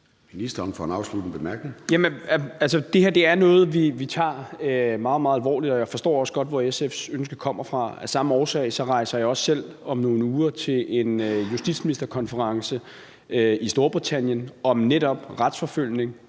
Det her er noget, vi tager meget, meget alvorligt, og jeg forstår også godt, hvor SF's ønske kommer fra. Af samme årsag rejser jeg også selv om nogle uger til en justitsministerkonference i Storbritannien om netop retsforfølgelse